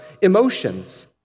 emotions